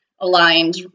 aligned